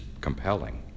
compelling